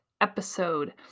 episode